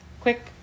quick